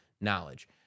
knowledge